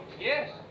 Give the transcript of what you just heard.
Yes. –